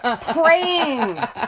Praying